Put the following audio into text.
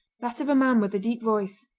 that of a man with a deep voice.